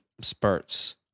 spurts